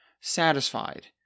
satisfied